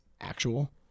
actual